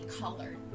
colored